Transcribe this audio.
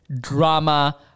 drama